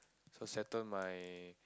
so settle my